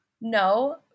No